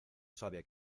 sabe